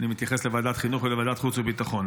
אני מתייחס לוועדת חינוך ולוועדת חוץ וביטחון.